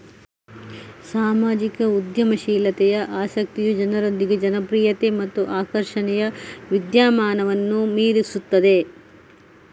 ಸಾಮಾಜಿಕ ಉದ್ಯಮಶೀಲತೆಯ ಆಸಕ್ತಿಯು ಜನರೊಂದಿಗೆ ಜನಪ್ರಿಯತೆ ಮತ್ತು ಆಕರ್ಷಣೆಯ ವಿದ್ಯಮಾನವನ್ನು ಮೀರಿಸುತ್ತದೆ